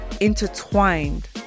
intertwined